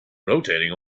rotating